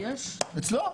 אצלו.